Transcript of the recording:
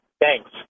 Thanks